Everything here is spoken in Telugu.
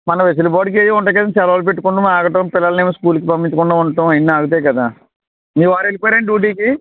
మన వెసులుబాటుకి ఏవో ఉంటాయి కదండీ సెలవులు పెట్టుకోవడం ఆగడం పిల్లల్నేమో స్కూల్కి పంపించకుండా ఉండడం అవన్నీ ఆగుతాయి కదా మీవారు వెళ్ళిపోయారండి డ్యూటీకి